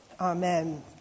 Amen